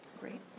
Great